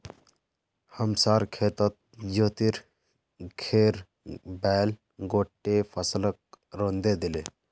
हमसार खेतत ज्योतिर घेर बैल गोट्टे फसलक रौंदे दिले